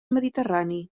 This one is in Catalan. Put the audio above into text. mediterrani